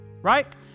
right